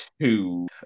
two